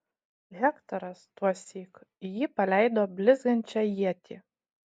hektoras tuosyk į jį paleido blizgančią ietį